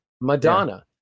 Madonna